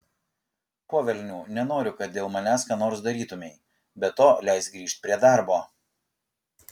po velnių nenoriu kad dėl manęs ką nors darytumei be to leisk grįžt prie darbo